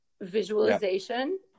visualization